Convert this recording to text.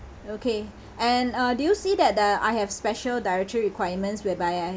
okay and uh do you see that the I have special dietary requirements whereby I